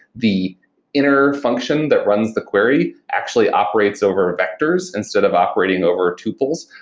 the inner function that runs the query actually operates over vectors instead of operating over tuples.